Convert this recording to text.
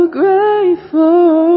grateful